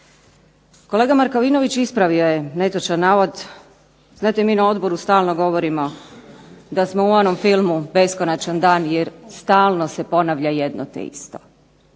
Kolega Markovinović ispravio je netočan navod. Znate mi na odboru stalno govorimo da smo u onom filmu Beskonačan dan jer stalno se ponavlja jedno te isto.